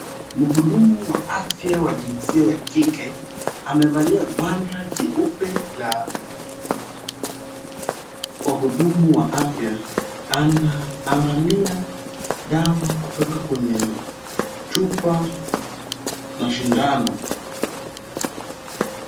Mhudumu wa afya wa jinsi ya kike, amevalia gwanda jeupe la mhudumu wa afya. Anaangalia dawa kutoka kwenye chupa na sindano.